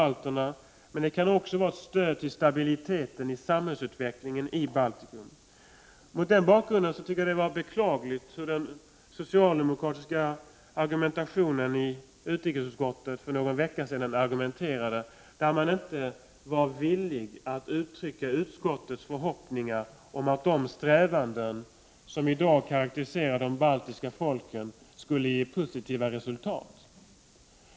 1988/89:42 balterna, men det kan också vara ett stöd till stabiliteten och samhällsutveck 9 december 1988 Mot den bakgrunden tycker jag att den socialdemokratiska argumentatio ==. Er ERS nen i utrikesutskottet för någon vecka sedan var beklaglig. Man var inte villig = ökad självständigjet att uttrycka utskottets förhoppningar om att den strävan som i dag karakteriserar de baltiska folken skulle ge positiva resultat.